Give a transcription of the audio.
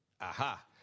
Aha